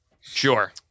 Sure